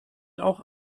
auch